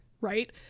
Right